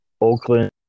Oakland